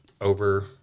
over